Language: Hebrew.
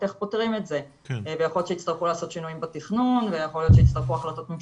איך פותרים את זה ויכול להיות שיצטרכו לעשות שינויים